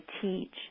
teach